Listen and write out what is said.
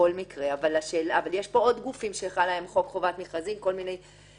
יש פה עוד גופים שחל עליהם חוק חובת מכרזים והם